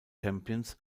champions